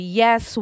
yes